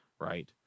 Right